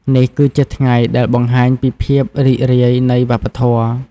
នេះគឺជាថ្ងៃដែលបង្ហាញពីភាពរីករាយនៃវប្បធម៌។